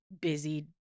busy